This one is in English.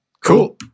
Cool